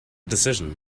decision